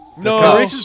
No